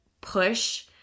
push